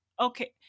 okay